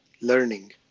learning